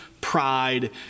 pride